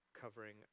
covering